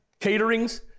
caterings